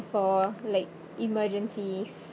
for like emergencies